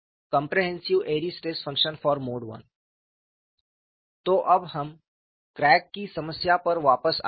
comprehensive Airy stress function for mode I तो अब हम क्रैक की समस्या पर वापस आएंगे